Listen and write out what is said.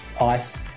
ice